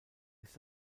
ist